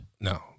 No